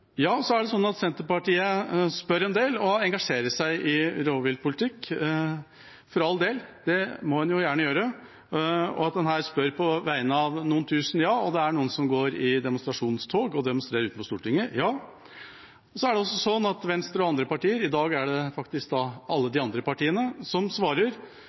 Ja, det er slik at Senterpartiet spør en del og engasjerer seg i rovviltpolitikk. For all del – det må de gjerne gjøre. Og at de her spør på vegne av noen tusen – ja, det er noen som går i demonstrasjonstog og demonstrerer utenfor Stortinget. Men det er også slik at Venstre og andre partier – i dag er det faktisk alle de andre partiene – svarer